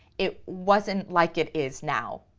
it wasn't like it is now.